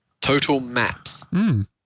Totalmaps